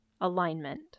alignment